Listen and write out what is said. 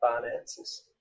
finances